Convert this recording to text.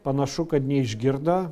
panašu kad neišgirdo